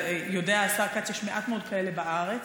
ויודע השר כץ שיש מעט מאוד כאלה בארץ,